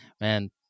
man